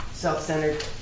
self-centered